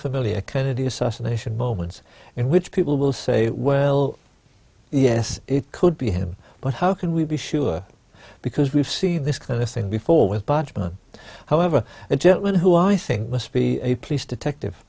familiar kennedy assassination moments in which people will say well yes it could be him but how can we be sure because we've seen this kind of thing before with batman however until who i think must be a place detective